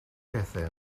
pethau